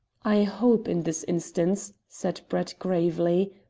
i hope, in this instance, said brett gravely,